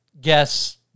guess